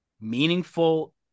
meaningful